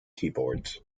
keyboards